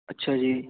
ਅੱਛਾ ਜੀ